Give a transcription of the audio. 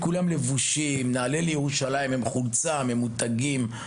כולם לבושים בחולצה ממותגת של ׳נעלה לירושלים׳,